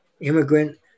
immigrant